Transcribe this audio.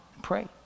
pray